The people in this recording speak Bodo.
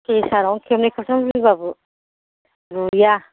प्रेसारआवनो खेबनै खेबथाम रुबाबो रुइया